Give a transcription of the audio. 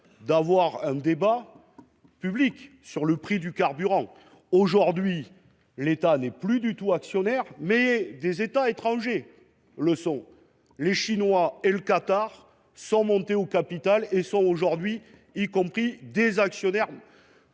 d’avoir un débat public sur le prix du carburant. Aujourd’hui, l’État n’est plus du tout actionnaire, mais des États étrangers le sont : la Chine et le Qatar sont montés au capital, à tel point qu’ils sont devenus des actionnaires